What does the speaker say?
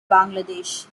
bangladesh